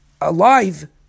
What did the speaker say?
alive